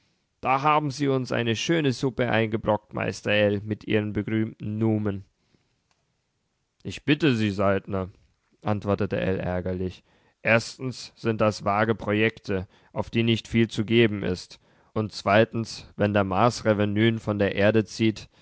da haben sie uns eine schöne suppe eingebrockt meister ell mit ihren berühmten numen ich bitte sie saltner antwortete ell ärgerlich erstens sind das vage projekte auf die nicht viel zu geben ist und zweitens wenn der mars revenuen von der erde zieht